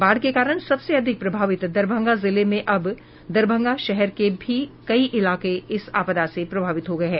बाढ़ के कारण सबसे अधिक प्रभावित दरभंगा जिले में अब दरभंगा शहर के भी कई इलाके इस आपदा से प्रभावित हो गये हैं